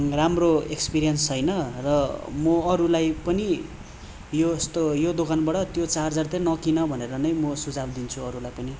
राम्रो एक्सपिरियन्स छैन र म अरूलाई पनि यो यस्तो यो दोकानबाट त्यो चार्जर चाहिँ नकिन भनेर नै म सुझाउ दिन्छु अरूलाई पनि